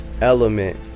element